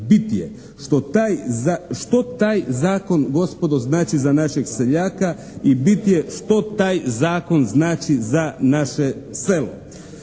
taj, što taj zakon gospodo znači za našeg seljaka i bit je što taj zakon znači za naše selo?